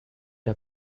der